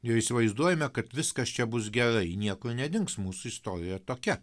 ir įsivaizduojame kad viskas čia bus gerai niekur nedings mūsų istorija tokia